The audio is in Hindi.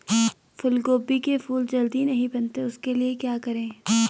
फूलगोभी के फूल जल्दी नहीं बनते उसके लिए क्या करें?